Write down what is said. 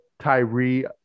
Tyree